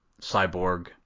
cyborg